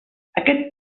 aquest